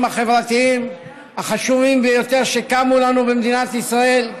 החברתיים החשובים ביותר שקמו לנו במדינת ישראל,